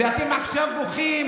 ואתם בוכים